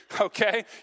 okay